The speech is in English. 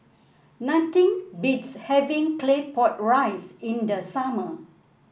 nothing beats having Claypot Rice in the summer